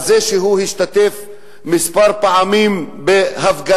על זה שהוא השתתף כמה פעמים בהפגנות,